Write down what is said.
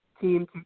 team